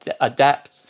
adapt